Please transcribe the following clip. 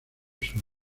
sur